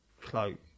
cloak